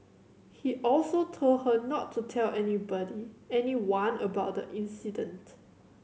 he also told her not to tell anybody anyone about the incident